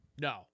no